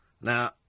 Now